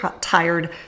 tired